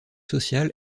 social